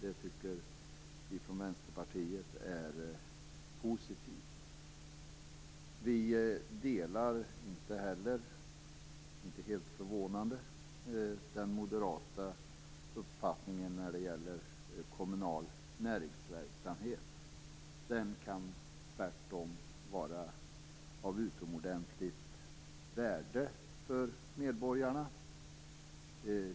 Vi delar vidare - inte helt förvånande - inte den moderata uppfattningen om kommunal näringsverksamhet. En sådan verksamhet kan vara av utomordentligt värde för medborgarna.